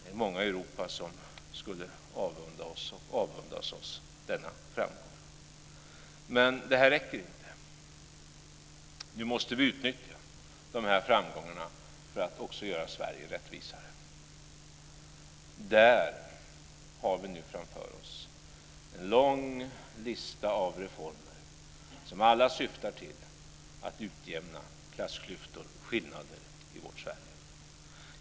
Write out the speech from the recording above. Det är många i Europa som skulle avundas oss, och som avundas oss, denna framgång. Men det här räcker inte. Nu måste vi utnyttja framgångarna för att också göra Sverige rättvisare. Där har vi nu framför oss en lång lista av reformer som alla syftar till att utjämna klassklyftor och skillnader i vårt Sverige.